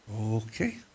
okay